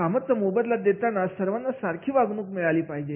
कामाचा मोबदला देताना सर्वांना सारखीच वागणूक मिळाली पाहिजे